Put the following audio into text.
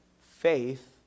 faith